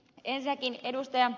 ensinnäkin ed